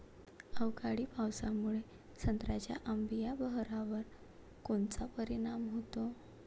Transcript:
अवकाळी पावसामुळे संत्र्याच्या अंबीया बहारावर कोनचा परिणाम होतो?